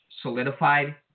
solidified